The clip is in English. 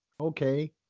Okay